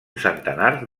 centenar